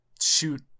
shoot